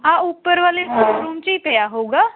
ਆ ਉੱਪਰ ਵਾਲੇ ਰੂਮ 'ਚ ਹੀ ਪਿਆ ਹੋਊਗਾ